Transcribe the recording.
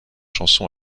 chanson